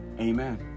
amen